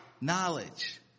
Knowledge